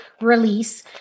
release